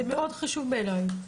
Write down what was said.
זה חשוב מאוד בעיניי.